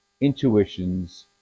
intuitions